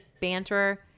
banter